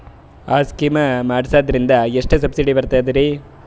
ಆ ಸ್ಕೀಮ ಮಾಡ್ಸೀದ್ನಂದರ ಎಷ್ಟ ಸಬ್ಸಿಡಿ ಬರ್ತಾದ್ರೀ?